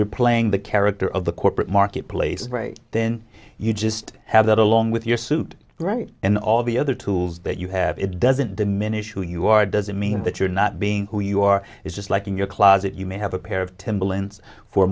you're playing the character of the corporate marketplace then you just have that along with your suit right and all the other tools that you have it doesn't diminish who you are doesn't mean that you're not being who you are is just like in your closet you may have a pair of t